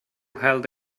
held